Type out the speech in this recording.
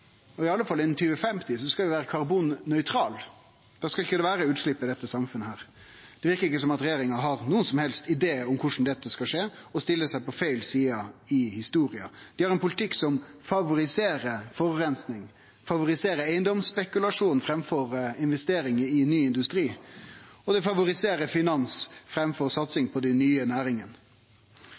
og i alle fall innan 2050 skal vi vere karbonnøytrale. Da skal det ikkje vere utslepp i dette samfunnet. Det verkar ikkje som om regjeringa har nokon som helst idé om korleis dette skal skje, og stiller seg på feil side av historia. Dei har ein politikk som favoriserer forureining, favoriserer eigedomsspekulasjon framfor investering i ny industri og favoriserer finans framfor satsing på dei nye